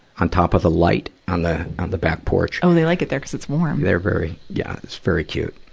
on top of the light on the, on the back porch. oh, they like it there cuz it's warm. they're very, yeah, it's very cute.